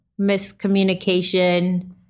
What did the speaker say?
miscommunication